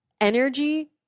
energy